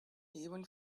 even